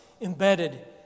embedded